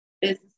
business